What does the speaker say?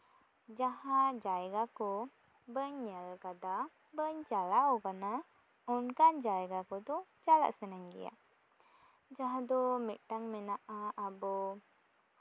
ᱡᱟᱦᱟᱸ ᱡᱟᱭᱜᱟ ᱠᱚ ᱵᱟᱹᱧ ᱧᱮᱞ ᱠᱟᱫᱟ ᱵᱟᱹᱧ ᱪᱟᱞᱟᱣ ᱠᱟᱱᱟ ᱚᱱᱠᱟᱱ ᱡᱟᱭᱜᱟ ᱠᱚᱫᱚ ᱪᱟᱞᱟᱜ ᱥᱟᱱᱟᱧ ᱜᱮᱭᱟ ᱡᱟᱦᱟᱸ ᱫᱚ ᱢᱤᱫᱴᱟᱝ ᱢᱮᱱᱟᱜᱼᱟ ᱟᱵᱚ